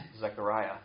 Zechariah